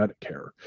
Medicare